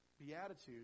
Beatitudes